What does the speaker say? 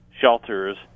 shelters